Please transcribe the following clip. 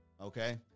Okay